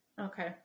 Okay